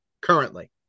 Currently